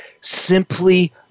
Simply